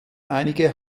einige